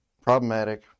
problematic